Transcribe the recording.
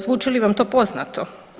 Zvuči li vam to poznato?